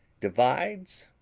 divides,